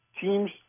Teams